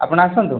ଆପଣ ଆସନ୍ତୁ